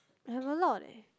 I have a lot leh